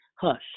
hush